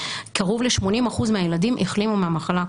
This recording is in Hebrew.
קרוב ל-80% מהילדים החלימו מהמחלה,